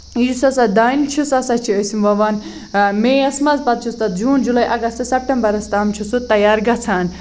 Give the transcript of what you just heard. یُس ہسا دانہِ چھُ سُہ ہسا چھُ أسۍ وۄوان میے یَس منٛز پَتہٕ چھُ تَتھ جوٗن جُلاے اَگست سیپٹمبرَس تام چھُ سُہ تَیار گژھان